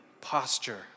posture